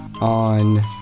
on